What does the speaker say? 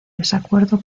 desacuerdo